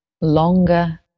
longer